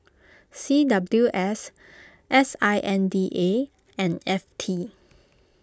C W S S I N D A and F T